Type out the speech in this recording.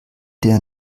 der